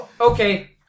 Okay